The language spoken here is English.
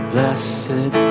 Blessed